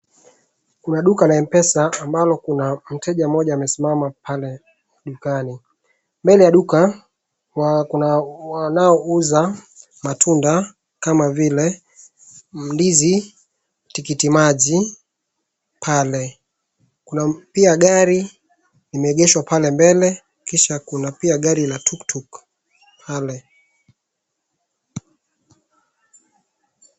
Kuna duka la mpesa ambalo kuna mteja mmoja amesimama pale dukani, mbele ya duka kuna wanaouza matunda kama vile ndizi, tikiti maji pale. Kuna pia gari limeegeshwa pale mbele, kisha kuna pia gari la tuktuk pale.